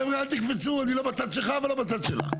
חבר'ה אל תקפצו, אני לא בצד שלך ובצד שלך.